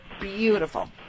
beautiful